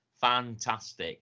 Fantastic